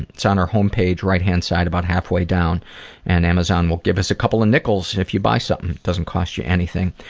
and it's on our home page, right hand side about half way down and amazon will give us a couple of nickels if you buy something. doesn't cost you anything.